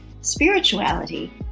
spirituality